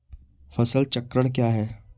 फसल चक्रण क्या है?